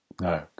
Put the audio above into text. No